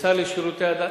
כשר לשירותי הדת,